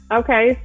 okay